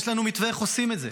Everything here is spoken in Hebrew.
יש לנו מתווה איך עושים את זה.